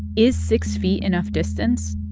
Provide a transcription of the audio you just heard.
is six feet enough distance?